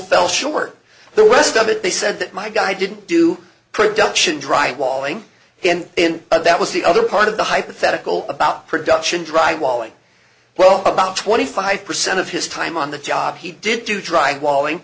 fell short the worst of it they said that my guy didn't do production drywalling and that was the other part of the hypothetical about production drywalling well about twenty five percent of his time on the job he did do dry walling